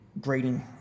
greeting